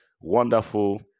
wonderful